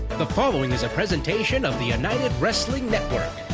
the following is a presentation of the united wrestling network.